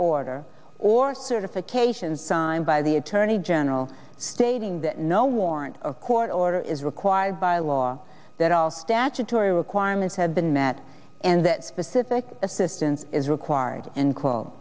order or certification signed by the attorney general stating that no warrant a court order is required by law that all statutory requirements have been met and that specific assistance is required and